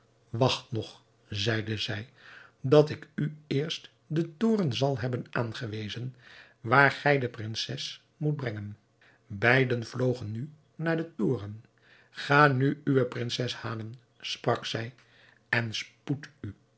wacht nog zeide zij dat ik u eerst den toren zal hebben aangewezen waar gij de prinses moet brengen beiden vlogen nu naar den toren ga nu uwe prinses halen sprak zij en spoed